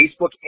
Facebook